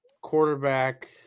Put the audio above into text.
Quarterback